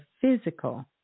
physical